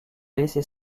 laisser